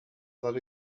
that